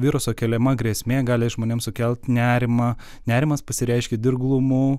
viruso keliama grėsmė gali žmonėms sukelti nerimą nerimas pasireiškia dirglumu